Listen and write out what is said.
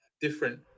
different